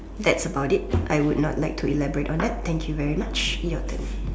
that's about it I would not like to elaborate on that thank you very much your turn